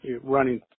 running